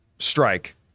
Strike